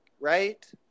right